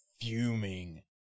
fuming